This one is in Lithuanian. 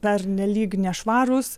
pernelyg nešvarūs